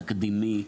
תקדימי,